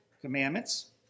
commandments